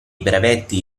brevetti